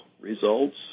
results